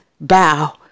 bow